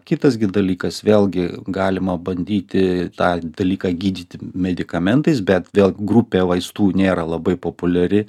kitas gi dalykas vėlgi galima bandyti tą dalyką gydyti medikamentais bet vėl grupė vaistų nėra labai populiari